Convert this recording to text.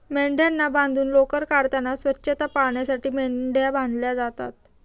मेंढ्यांना बांधून लोकर काढताना स्वच्छता पाळण्यासाठी मेंढ्या बांधल्या जातात